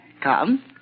Come